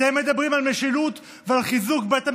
אתם מדברים על משילות ועל חיזוק בית המחוקקים,